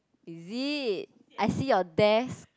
is it I see your desk